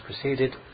proceeded